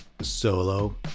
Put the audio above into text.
solo